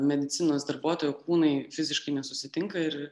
medicinos darbuotojo kūnai fiziškai nesusitinka ir